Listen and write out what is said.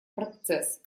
процесс